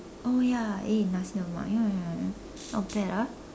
oh ya eh nasi lemak ya ya ya not bad ah